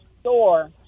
store